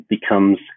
becomes